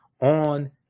on